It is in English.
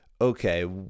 okay